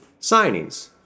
signings